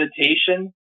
meditation